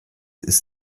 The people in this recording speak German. ist